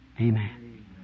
amen